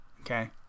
Okay